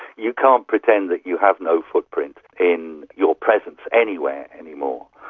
you can't pretend that you have no footprint in your presence anywhere anymore.